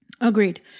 Agreed